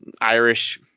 Irish